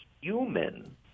human